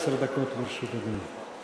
עד עשר דקות לרשות אדוני.